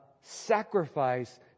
sacrifice